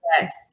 Yes